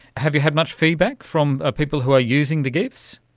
have you had much feedback from ah people who are using the gifs?